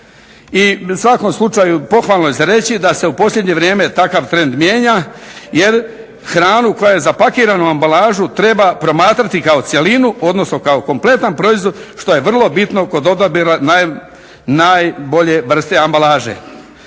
I u svakom slučaju pohvalno je za reći da se u posljednje vrijeme takav trend mijenja jer hranu koja je zapakirana u ambalažu treba promatrati kao cjelinu, odnosno kao kompletan proizvod što je vrlo bitno kod odabira najbolje vrste ambalaže.